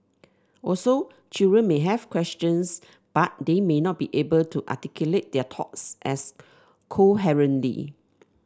also children may have questions but they may not be able to articulate their thoughts as coherently